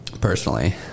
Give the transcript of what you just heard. personally